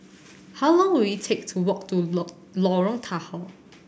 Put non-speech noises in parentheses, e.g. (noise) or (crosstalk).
how long will it take to walk to (unintelligible) Lorong Tahar